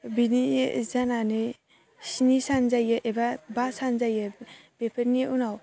बिदि जानानै स्नि सान जायो एबा बा सान जायो बेफोरनि उनाव